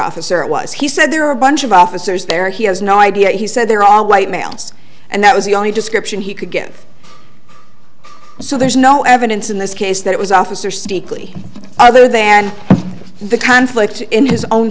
officer it was he said there are a bunch of officers there he has no idea he said there are white males and that was the only description he could give so there's no evidence in this case that it was officer city clee other than the conflict in his own